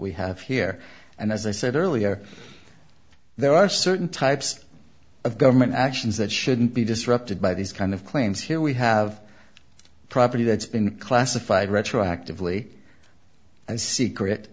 we have here and as i said earlier there are certain types of government actions that shouldn't be disrupted by these kind of claims here we have property that's been classified retroactively and secret